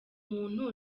muntu